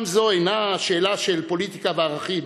גם זו אינה שאלה של פוליטיקה וערכים,